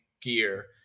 gear –